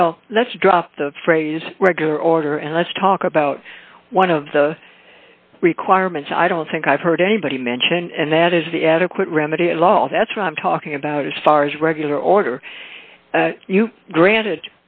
well let's drop the phrase regular order and let's talk about one of the requirements i don't think i've heard anybody mention and that is the adequate remedy of all that's right i'm talking about as far as regular order you granted